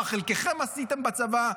מה חלקכם עשה בצבא.